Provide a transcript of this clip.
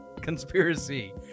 conspiracy